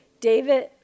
David